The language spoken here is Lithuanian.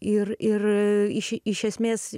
ir ir iš iš esmės